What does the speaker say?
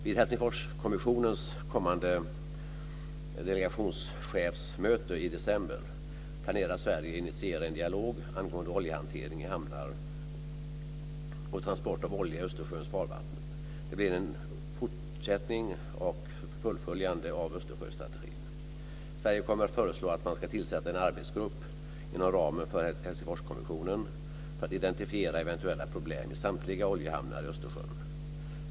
Vid Helsingforskommissionens kommande delegationschefsmöte i december planerar Sverige att initiera en dialog angående oljehantering i hamnar och transport av olja i Östersjöns farvatten. Det blir en fortsättning och ett uppföljande av Östersjöstrategin. Sverige kommer föreslå att man skall tillsätta en arbetsgrupp inom ramen för Helsingforskommissionen för att identifiera eventuella problem i samtliga oljehamnar i Östersjön.